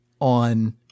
on